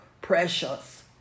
precious